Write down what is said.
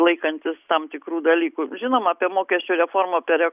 laikantis tam tikrų dalykų žinoma apie mokesčių reformą per